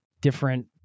different